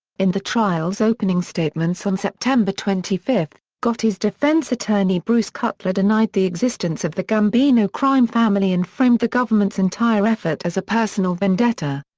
in the trial's opening statements on september september twenty five, gotti's defense attorney bruce cutler denied the existence of the gambino crime family and framed the government's entire effort as a personal vendetta.